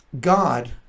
God